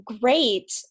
great